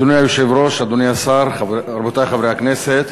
אדוני היושב-ראש, אדוני השר, רבותי חברי הכנסת,